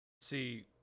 see